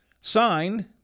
Signed